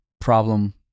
problem